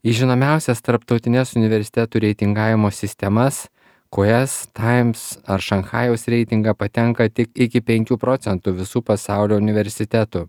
į žinomiausias tarptautines universitetų reitingavimo sistemas qs times ar šanchajaus reitingą patenka tik iki penkių procentų visų pasaulio universitetų